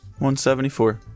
174